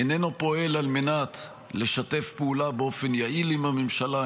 איננו פועל על מנת לשתף פעולה באופן יעיל עם הממשלה,